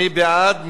מי בעד?